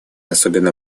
особенно